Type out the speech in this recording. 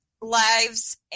lives